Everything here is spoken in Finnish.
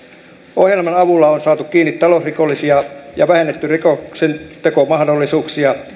ohjelman avulla on saatu kiinni talousrikollisia ja vähennetty rikoksentekomahdollisuuksia